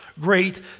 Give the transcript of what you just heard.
Great